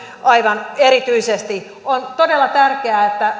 aivan erityisesti on todella tärkeää että